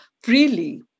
freely